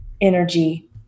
energy